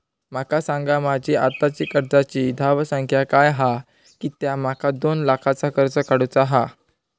माका सांगा माझी आत्ताची कर्जाची धावसंख्या काय हा कित्या माका दोन लाखाचा कर्ज काढू चा हा?